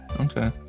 Okay